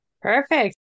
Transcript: Perfect